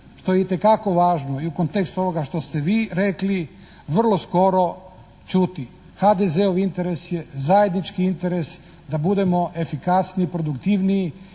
što je i te kako važno i u kontekstu ovoga što ste vi rekli vrlo skoro čuti. HDZ-ov interes je zajednički interes da budemo efikasniji, produktivniji